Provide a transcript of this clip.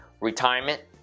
Retirement